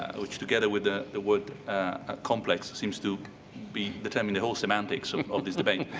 which together with the the word ah complex seems to be determine the whole semantics and of this debate,